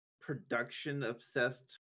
production-obsessed